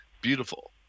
Beautiful